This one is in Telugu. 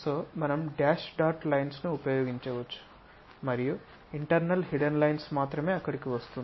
కాబట్టి మనం డాష్ డాట్ లైన్స్ ను ఉపయోగించవచ్చు మరియు ఇంటర్నల్ హిడెన్ లైన్స్ మాత్రమే అక్కడకు వస్తుంది